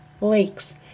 lakes